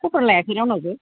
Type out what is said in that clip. खबर लायाखै रावनावबो